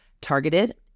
targeted